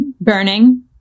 burning